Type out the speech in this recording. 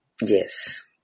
Yes